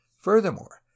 furthermore